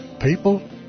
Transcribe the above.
People